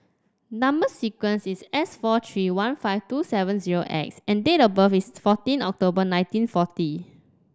number sequence is S four three one five two seven zero X and date of birth is fourteen October nineteen forty